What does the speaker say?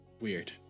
weird